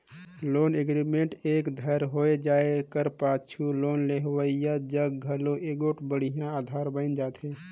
loan agreement एक धाएर होए कर पाछू लोन लेहोइया जग घलो एगोट बड़िहा अधार बइन जाथे